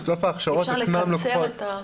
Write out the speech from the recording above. אי אפשר לקצר את הזמן?